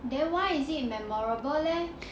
then why is it a memorable leh